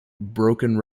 broken